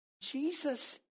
Jesus